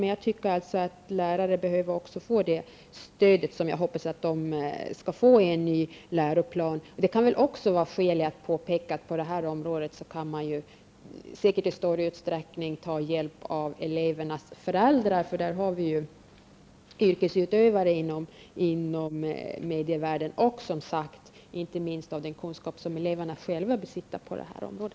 Men lärarna behöver också få det stöd som jag hoppas att de får i en ny läroplan. Det kan också finnas skäl att påpeka att det på detta område säkert finns möjlighet att i stor utsträckning ta hjälp av elevernas föräldrar. Där har vi yrkesutövare inom medievärlden. Inte minst bör vi ta till vara den kunskap som eleverna själva besitter på detta område.